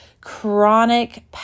chronic